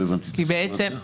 לא הבנתי את הסיפור הזה.